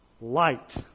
light